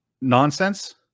nonsense